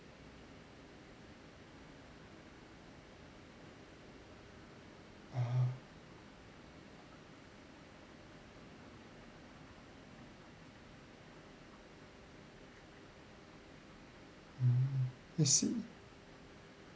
ah mm I see